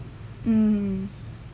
mm